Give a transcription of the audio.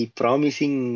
promising